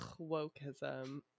wokeism